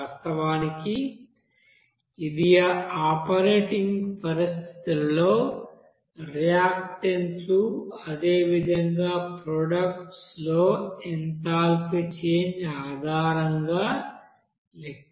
వాస్తవానికి ఇది ఆ ఆపరేటింగ్ పరిస్థితులలో రియాక్టెంట్లు అదేవిధంగా ప్రొడక్ట్స్ లో ఎంథాల్పీ చేంజ్ ఆధారంగా లెక్కించబడుతుంది